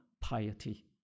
piety